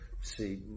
see